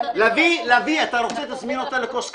לביא, אתה רוצה, תזמין אותה לכוס קפה.